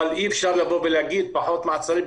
אבל אי אפשר לבוא ולהגיד פחות מעצרים,